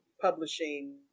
publishing